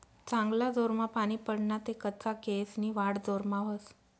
चांगला जोरमा पानी पडना ते कच्चा केयेसनी वाढ जोरमा व्हस